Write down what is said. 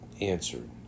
answered